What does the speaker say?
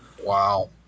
Wow